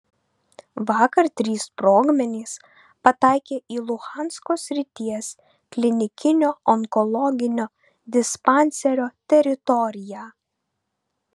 vakar trys sprogmenys pataikė į luhansko srities klinikinio onkologinio dispanserio teritoriją